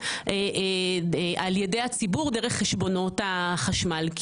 על ידי הציבור דרך חשבונות החשמל.